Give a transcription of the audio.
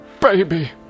baby